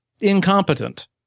incompetent